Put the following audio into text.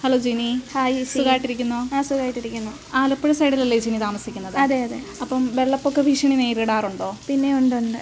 hello Jini hi ചേച്ചി സുഖമായിട്ടിരിക്കുന്നോ ആ സുഖമായിട്ടിരിക്കുന്നു ആലപ്പുഴ സൈഡിലല്ലേ ജിനി താമസിക്കുന്നത് അതെ അതെ അപ്പം വെള്ളപ്പൊക്ക ഭീഷണി നേരിടാറുണ്ടോ പിന്നേ ഉണ്ട് ഉണ്ട്